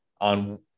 on